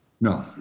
No